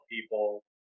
people